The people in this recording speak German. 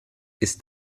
ist